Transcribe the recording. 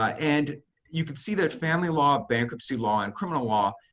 ah and you could see that family law, bankruptcy law, and criminal law,